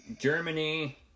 Germany